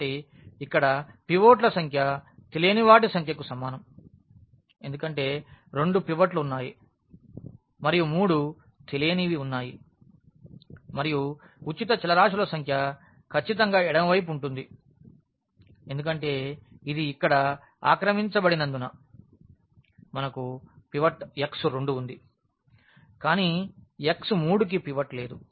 కాబట్టి ఇక్కడ పివోట్ల సంఖ్య తెలియని వాటి సంఖ్యకు సమానం ఎందుకంటే రెండు పివట్లు ఉన్నాయి మరియు మూడు తెలియనివి ఉన్నాయి మరియు ఉచిత చలరాశుల సంఖ్య ఖచ్చితంగా ఎడమవైపు ఉంటుంది ఎందుకంటే ఇది ఇక్కడ ఆక్రమించబడినందున మనకు పివట్ x2 ఉంది కానీ x3 కి పివట్ లేదు